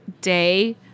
day